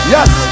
Yes